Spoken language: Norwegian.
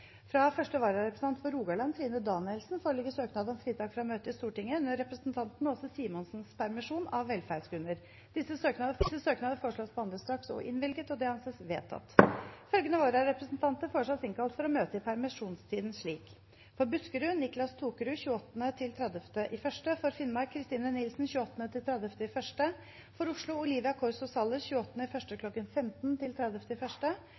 Fra første vararepresentant for Rogaland, Trine Danielsen , foreligger søknad om fritak fra å møte i Stortinget under representanten Aase Simonsens permisjon, av velferdsgrunner. Etter forslag fra presidenten ble enstemmig besluttet: Søknadene behandles straks og innvilges. Følgende vararepresentanter innkalles for å møte i permisjonstiden: For Buskerud: Niclas Tokerud 28.–30. januar For Finnmark: Christine Nilssen 28.–30. januar For Oslo: Olivia Corso Salles 28. januar kl. 15–30. januar For